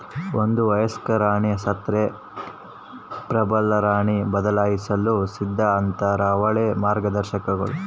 ಒಂದು ವಯಸ್ಕ ರಾಣಿ ಸತ್ತರೆ ಪ್ರಬಲರಾಣಿ ಬದಲಾಯಿಸಲು ಸಿದ್ಧ ಆತಾರ ಅವಳೇ ಮಾರ್ಗದರ್ಶಕಳು